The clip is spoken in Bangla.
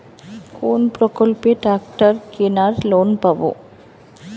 কোন প্রকল্পে ট্রাকটার কেনার লোন পাব?